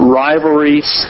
rivalries